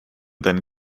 then